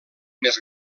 més